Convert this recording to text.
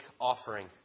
offering